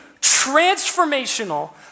transformational